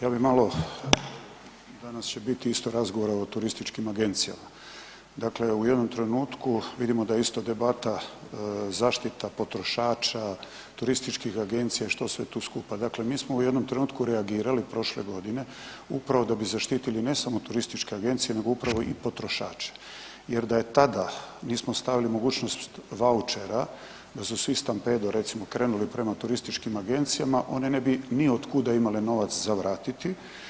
Ja bi malo, danas će biti isto razgovora o turističkim agencijama, dakle u jednom trenutku vidimo da je isto debata zaštita potrošača, turističkih agencija, što sve tu skupa, dakle mi smo u jednom trenutku reagirali prošle godine upravo da bi zaštitili ne samo turističke agencije nego upravo i potrošače jer da tada nismo stavili mogućnost vaučera, da su svi stampedo recimo krenuli prema turističkim agencijama one ne bi niotkuda imale novac za vratiti.